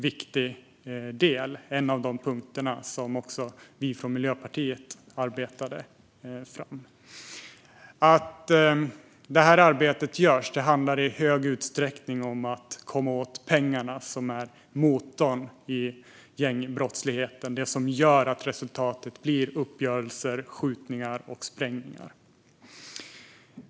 Det var en av de punkter som vi i Miljöpartiet arbetade fram. Arbetet syftar i hög grad till att komma åt pengarna, som är motorn i gängbrottsligheten och som leder till uppgörelser, skjutningar och sprängningar.